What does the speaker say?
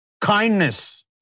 kindness